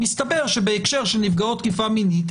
מסתבר שבהקשר של נפגעות תקיפה מינית,